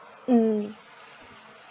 mm